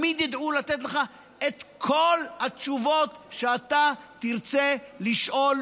הם תמיד ידעו לתת לך את כל התשובות שאתה תרצה לשאול,